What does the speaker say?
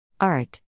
Art